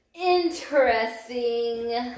Interesting